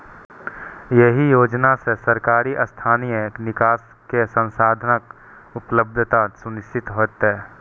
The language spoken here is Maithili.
एहि योजना सं शहरी स्थानीय निकाय कें संसाधनक उपलब्धता सुनिश्चित हेतै